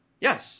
yes